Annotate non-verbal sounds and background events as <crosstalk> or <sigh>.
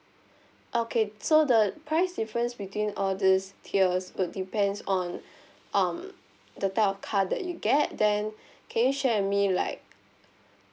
okay so the price difference between all this tiers would depends on <breath> um the type of car that you get then <breath> can you share with me like